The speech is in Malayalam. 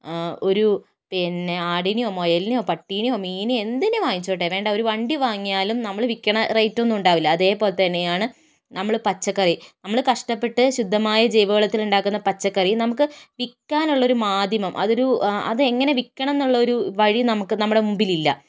ഒരു പിന്നെ ആടിനെയോ മുയലിനെയോ പട്ടിയെയോ മീനെയോ എന്തിനെ വാങ്ങിച്ചോട്ടെ വേണ്ട ഒരു വണ്ടി വാങ്ങിയാലും നമ്മൾ വിൽക്കണ റേറ്റൊന്നും ഉണ്ടാവില്ല അതേപോലെ തന്നെയാണ് നമ്മുടെ പച്ചക്കറി നമ്മൾ കഷ്ടപ്പെട്ട് ശുദ്ധമായ ജൈവവളത്തിലുണ്ടാക്കുന്ന പച്ചക്കറി നമുക്ക് വിൽക്കാനുള്ളൊരു മാധ്യമം അതൊരു അതെങ്ങനെ വിൽക്കണമെന്നുള്ളൊരു വഴി നമുക്ക് നമ്മുടെ മുൻപിലില്ല